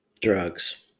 drugs